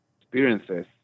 experiences